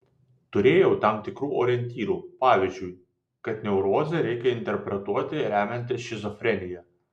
turėjau tam tikrų orientyrų pavyzdžiui kad neurozę reikia interpretuoti remiantis šizofrenija